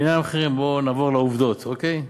לעניין המחירים בואו נעבור על העובדות, אוקיי?